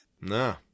No